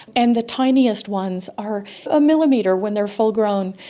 and the tiniest ones are a millimetre when they are full grown,